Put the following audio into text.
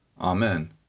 Amen